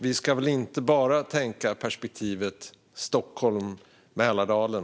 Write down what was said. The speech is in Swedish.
Vi ska väl inte bara tänka utifrån perspektivet Stockholm och Mälardalen?